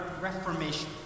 Reformation